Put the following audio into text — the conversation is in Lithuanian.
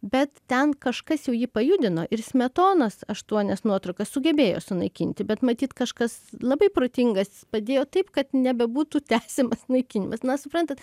bet ten kažkas jau jį pajudino ir smetonos aštuonias nuotraukas sugebėjo sunaikinti bet matyt kažkas labai protingas padėjo taip kad nebebūtų tęsiamas naikinimas na suprantat